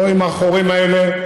לא עם החורים האלה,